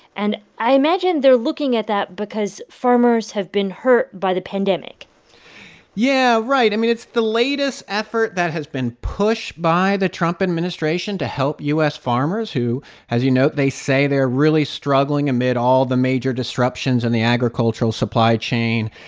and i imagine they're looking at that because farmers have been hurt by the pandemic yeah, right. i mean, it's the latest effort that has been pushed by the trump administration to help u s. farmers who as you note, they say they're really struggling amid all the major disruptions in the agricultural supply chain.